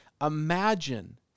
imagine